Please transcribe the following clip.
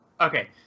okay